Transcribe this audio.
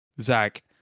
Zach